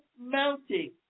mounting